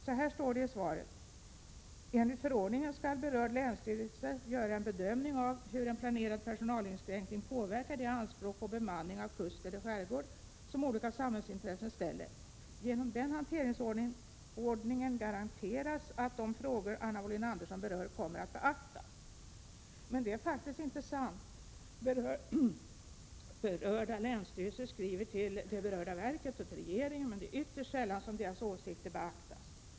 Så här står det i svaret: ”Enligt förordningen skall berörd länsstyrelse göra en bedömning av hur en planerad personalinskränkning påverkar de anspråk på bemanning av kust eller skärgård som olika samhällsintressen ställer. Genom den hanteringsordningen garanteras att de frågor Anna Wohlin-Andersson berör kommer att beaktas.” Detta är faktiskt inte sant. Berörda länsstyrelser skriver till det berörda verket och till regeringen, men det är ytterst sällan som deras åsikter beaktas.